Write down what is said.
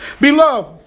Beloved